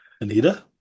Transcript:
Anita